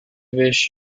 wish